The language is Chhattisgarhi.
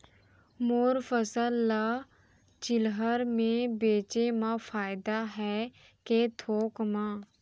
मोर फसल ल चिल्हर में बेचे म फायदा है के थोक म?